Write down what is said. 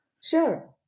Sure